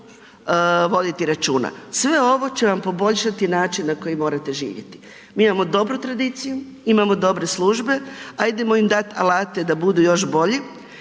voditi računa, sve ovo će vam poboljšati način na koji morate živjeti. Mi imamo dobru tradiciju, imamo dobre službe ajdemo im dati alate da budu još bolji,